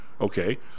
okay